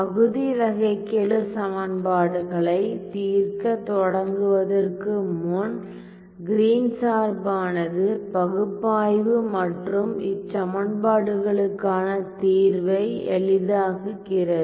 பகுதி வகைக்கெழுச் சமன்பாடுகளை தீர்க்கத் தொடங்குவதற்கு முன் கிரீன் Green's சார்பானது பகுப்பாய்வு மற்றும் இச்சமன்பாடுகளுக்கான தீர்வை எளிதாக்குகிறது